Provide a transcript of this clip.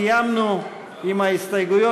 סיימנו עם ההסתייגויות.